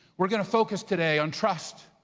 we're gonna focus today on trust.